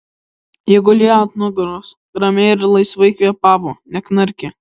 ji gulėjo ant nugaros ramiai ir laisvai kvėpavo neknarkė